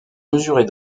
mesurée